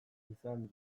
izan